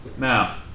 Now